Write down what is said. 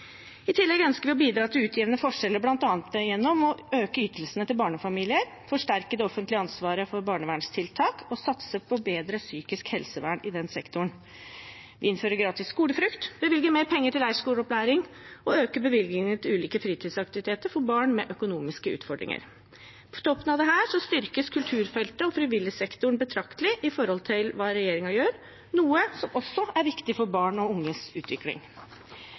I tillegg ønsker vi å bidra til å utjevne forskjeller, bl.a. gjennom å øke ytelsene til barnefamilier, forsterke det offentlige ansvaret for barnevernstiltak og satse på bedre psykisk helsevern i den sektoren, innføre gratis skolefrukt, bevilge mer penger til leirskoleopplæring og øke bevilgningene til ulike fritidsaktiviteter for barn med økonomiske utfordringer. På toppen av dette styrkes kulturfeltet og frivilligsektoren betraktelig i forhold til hva regjeringen gjør, for det er også viktig for barn og unges utvikling.